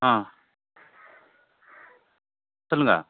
ஆ சொல்லுங்கள்